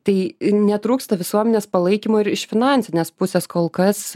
tai netrūksta visuomenės palaikymo ir iš finansinės pusės kol kas